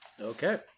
Okay